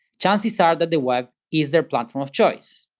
chances are that the web is their platform of choice.